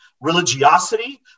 religiosity